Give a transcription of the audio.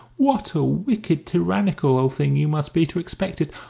what a wicked tyrannical old thing you must be to expect it!